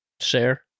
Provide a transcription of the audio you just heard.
Share